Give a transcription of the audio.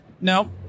No